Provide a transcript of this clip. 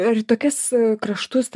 ar į tokias kraštus